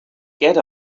get